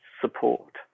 support